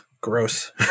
gross